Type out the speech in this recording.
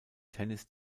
tennis